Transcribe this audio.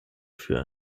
für